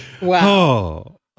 Wow